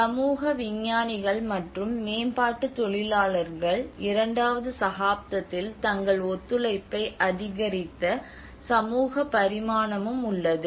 சமூக விஞ்ஞானிகள் மற்றும் மேம்பாட்டுத் தொழிலாளர்கள் இரண்டாவது சகாப்தத்தில் தங்கள் ஒத்துழைப்பை அதிகரித்த சமூக பரிமாணமும் உள்ளது